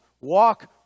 walk